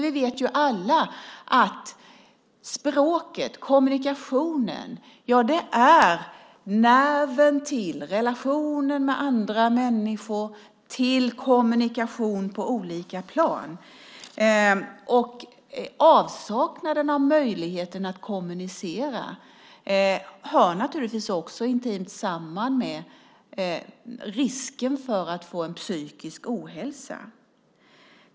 Vi vet alla att språket är nerven till relationer med andra människor och till kommunikation på olika plan. Avsaknaden av möjligheter att kommunicera hör naturligtvis också intimt samman med risken för att få en psykisk ohälsa.